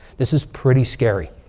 this is pretty scary.